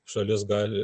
šalis gali